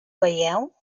veieu